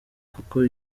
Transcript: kuko